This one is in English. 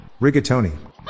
rigatoni